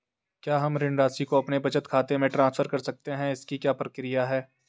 क्या हम ऋण राशि को अपने बचत खाते में ट्रांसफर कर सकते हैं इसकी क्या प्रक्रिया है?